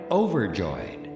overjoyed